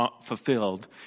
fulfilled